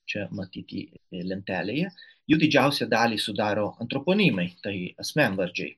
čia matyti ir lentelėje jų didžiausią dalį sudaro antroponimai tai asmenvardžiai